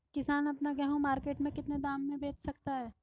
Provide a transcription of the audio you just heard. किसान अपना गेहूँ मार्केट में कितने दाम में बेच सकता है?